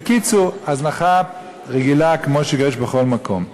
בקיצור, הזנחה רגילה כמו שיש בכל מקום.